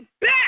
back